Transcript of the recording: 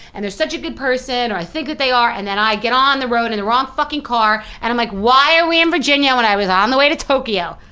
and they're such a good person or i think that they are, and then i get on the road in the wrong fucking car and i'm like, why are we in virginia when i was on the way to tokyo? i